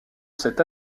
cette